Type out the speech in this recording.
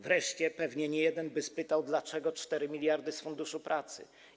Wreszcie pewnie niejeden spytałby, dlaczego 4 mld zł z Funduszu Pracy.